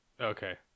okay